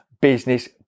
business